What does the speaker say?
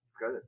Good